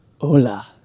hola